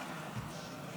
הישראלי),